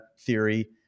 theory